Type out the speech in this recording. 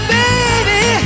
baby